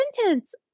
sentence